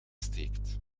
steekt